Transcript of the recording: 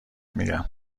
میگم